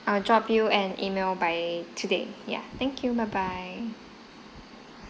I'll drop you an email by today yeah thank you bye bye